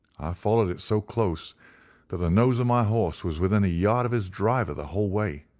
followed it so close that the nose of my horse was within a yard of his driver the whole way.